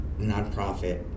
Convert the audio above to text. nonprofit